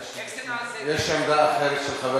יש עמדה אחרת, של חבר